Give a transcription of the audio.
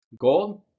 Gold